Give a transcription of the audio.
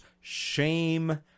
shame